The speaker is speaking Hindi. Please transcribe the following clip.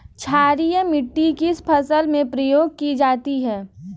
क्षारीय मिट्टी किस फसल में प्रयोग की जाती है?